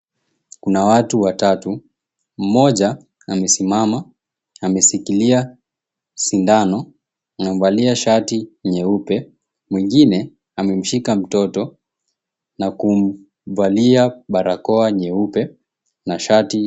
Kuna watu watatu. Mmoja amesimama. Ameshikilia sindano. Amevalia shati nyeupe. Mwengine amemshika mtoto na kumvalia barakoa nyeupe na shati.